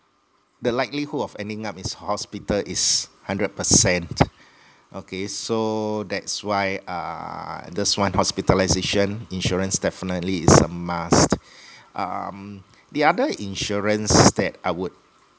the likelihood of ending up in hospital is hundred percent okay so that's why uh this one hospitalisation insurance definitely is a must um the other insurance that I would